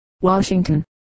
Washington